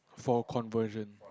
for conversion